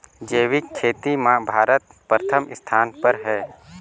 जैविक खेती म भारत प्रथम स्थान पर हे